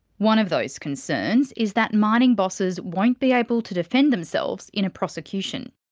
one of those concerns is that mining bosses won't be able to defend themselves in a prosecution.